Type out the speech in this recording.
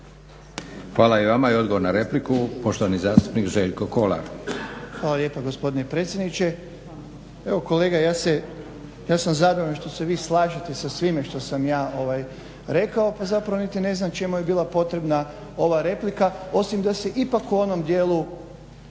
Hvala i vama. I odgovor na repliku poštovani zastupnik Željko Kolar.